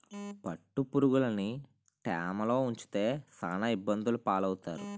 పట్టుపురుగులుని తేమలో ఉంచితే సాన ఇబ్బందులు పాలవుతారు